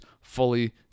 fully